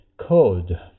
code